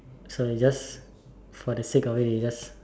so it's just for the sake of it it's just